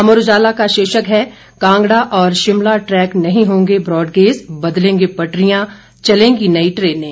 अमर उजाला का शीर्षक है कांगड़ा और शिमला ट्रैक नहीं होंगे ब्रॉडगेज बदलेंगे पटरियां चलेंगी नई ट्रेनें